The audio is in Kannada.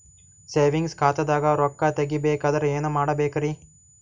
ಸೇವಿಂಗ್ಸ್ ಖಾತಾದಾಗ ರೊಕ್ಕ ತೇಗಿ ಬೇಕಾದರ ಏನ ಮಾಡಬೇಕರಿ?